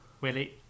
Willie